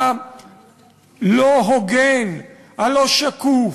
הלא-הוגן, הלא-שקוף,